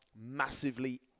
massively